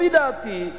לפי דעתי,